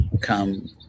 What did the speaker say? come